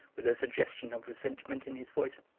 with a suggestion of resentment in his voice.